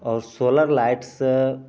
आओर सोलर लाइटसॅं